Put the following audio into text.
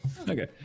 Okay